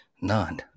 None